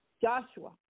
Joshua